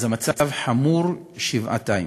אז המצב חמור שבעתיים.